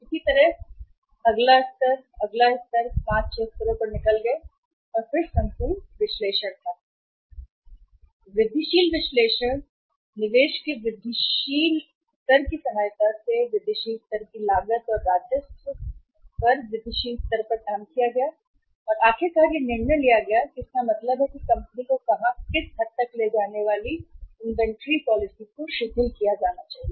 इसी तरह अगला अगला अगला स्तर वे 5 6 स्तरों पर निकल गए और फिर संपूर्ण विश्लेषण था वृद्धिशील विश्लेषण निवेश के वृद्धिशील स्तर की सहायता से वृद्धिशील स्तर की लागत और राजस्व के वृद्धिशील स्तर पर काम किया गया और आखिरकार निर्णय लिया गया या इसका मतलब यह है कि कंपनी को कहां या किस हद तक ले जाना है इन्वेंट्री पॉलिसी को शिथिल किया जाना चाहिए